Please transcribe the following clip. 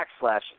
backslash